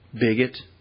bigot